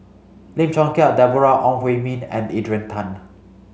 Lim Chong Keat Deborah Ong Hui Min and Adrian Tan